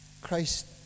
Christ